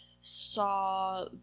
saw